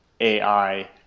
AI